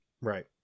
Right